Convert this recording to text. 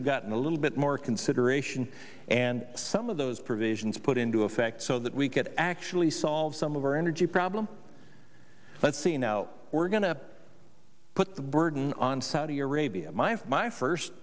have gotten a little bit more consideration and some of those provisions put into effect so that we could actually solve some of our energy problem let's see now we're going to put the burden on saudi arabia my my first